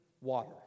water